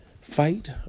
fight